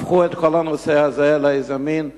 הפכו את כל הנושא הזה לאיזה מין דמורליזציה,